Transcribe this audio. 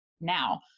now